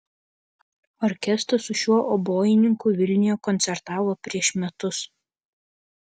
orkestras su šiuo obojininku vilniuje koncertavo prieš metus